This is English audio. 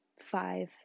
five